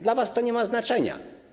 Dla was to nie ma znaczenia.